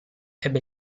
ebbe